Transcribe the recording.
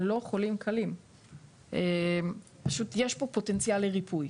שהם לא חולים קלים, פשוט יש פה פוטנציאל לריפוי,